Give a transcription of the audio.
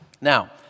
Now